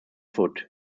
foot